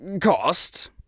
cost